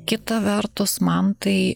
kita vertus man tai